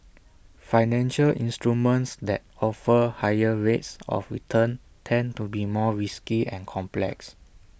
financial instruments that offer higher rates of return tend to be more risky and complex